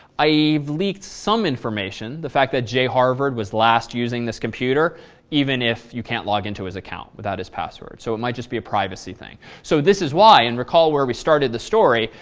i've leaked some information, the fact that jharvard was the last using this computer even if you can't log in to his account without his password. so, it might just be a privacy thing. so this is why, and recall where we started the story,